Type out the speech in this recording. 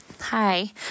Hi